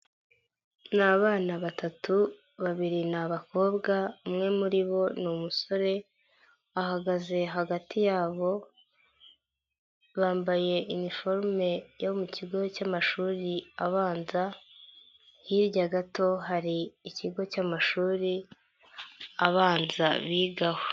Ni abana batatu, babiri ni abakobwa, umwe muribo ni umusore, ahagaze hagati yabo bambaye iniforume yo mu kigo cy'amashuri abanza, hirya gato hari ikigo cy'amashuri abanza bigaho.